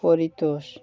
Paritosh